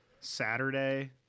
Saturday